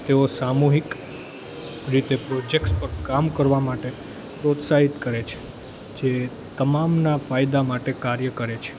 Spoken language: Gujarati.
તેઓ સામૂહિક રીતે પ્રોજેક્ટ્સ પર કામ કરવા માટે પ્રોત્સાહિત કરે છે જે તમામના ફાયદા માટે કાર્ય કરે છે